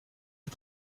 les